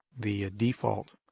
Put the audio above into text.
the default